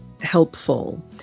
helpful